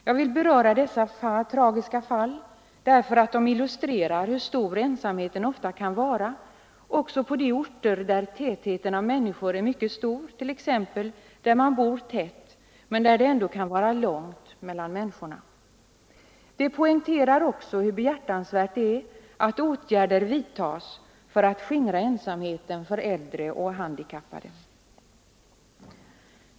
Jag vill erinra om dessa tragiska fall därför att de illustrerar hur stor ensamheten ofta kan vara också på de orter där tätheten av människor är mycket stor, där man bor tätt men där det ändå är långt mellan människorna. Det poängterar också hur behjärtansvärt det är att åtgärder vidtas för att skingra ensamheten för äldre och handikappade.